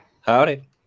Howdy